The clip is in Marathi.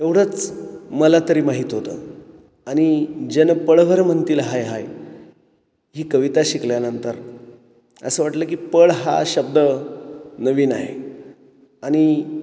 एवढंच मला तरी माहीत होतं आणि जन पळभर म्हणतील हाय हाय ही कविता शिकल्यानंतर असं वाटलं की पळ हा शब्द नवीन आहे आणि